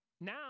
now